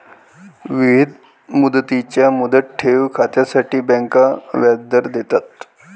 विविध मुदतींच्या मुदत ठेव खात्यांसाठी बँका व्याजदर देतात